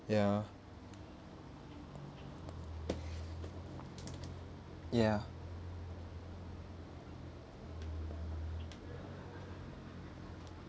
ya ya